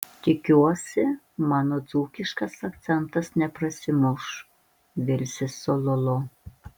tikiuosi mano dzūkiškas akcentas neprasimuš vilsis cololo